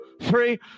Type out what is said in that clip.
three